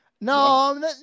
No